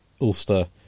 Ulster